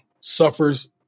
suffers